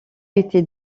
été